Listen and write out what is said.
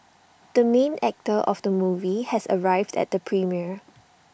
the main actor of the movie has arrived at the premiere